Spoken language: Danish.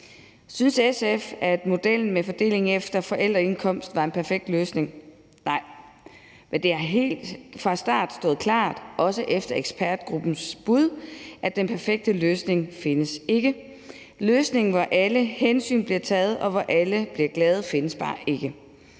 Synes SF, at modellen med fordeling efter forældreindkomst var en perfekt løsning? Nej, men det har helt fra starten stået klart, også efter ekspertgruppens bud, at den perfekte løsning ikke findes. Løsningen, hvor alle hensyn bliver taget, og hvor alle bliver glade, findes bare ikke.